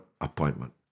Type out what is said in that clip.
appointment